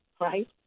right